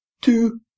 two